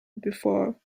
before